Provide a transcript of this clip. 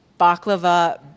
baklava